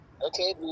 Okay